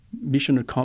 missionary